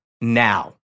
now